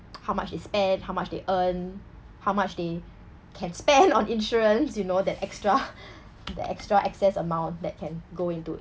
how much they spend how much they earn how much they can spend on insurance you know that extra that extra excess amount that can go into